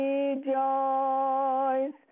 Rejoice